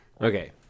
okay